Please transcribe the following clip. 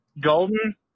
Golden